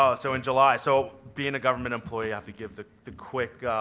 ah so in july so being a government employee i ought to give the the quick,